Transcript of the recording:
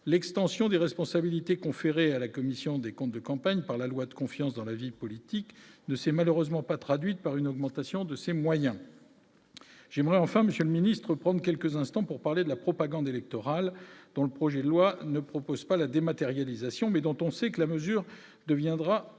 l'extension des responsabilités conféré à la Commission des comptes de campagne par la loi, de confiance dans la vie politique ne s'est malheureusement pas traduite par une augmentation de ses moyens, j'aimerais enfin Monsieur le Ministre, prendre quelques instants pour parler de la propagande électorale dans le projet de loi ne propose pas la dématérialisation mais dont on sait que la mesure deviendra très